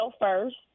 first